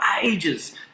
ages